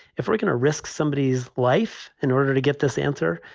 if we're going to risk somebodies life in order to get this answer,